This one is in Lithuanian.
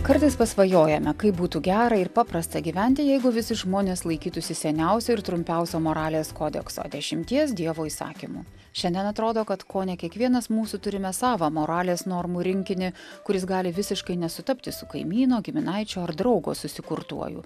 kartais pasvajojame kaip būtų gera ir paprasta gyventi jeigu visi žmonės laikytųsi seniausio ir trumpiausio moralės kodekso dešimties dievo įsakymų šiandien atrodo kad kone kiekvienas mūsų turime savą moralės normų rinkinį kuris gali visiškai nesutapti su kaimyno giminaičio ar draugo susikurtuoju